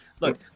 Look